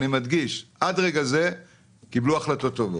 ואני מדגיש שעד לרגע זה קיבלו החלטות טובות.